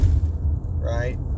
right